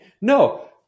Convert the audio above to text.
No